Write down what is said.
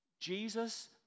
Jesus